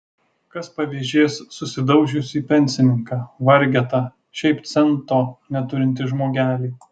kas pavėžės susidaužiusį pensininką vargetą šiaip cento neturintį žmogelį